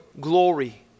glory